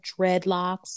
dreadlocks